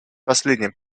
последним